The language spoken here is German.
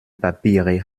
papiere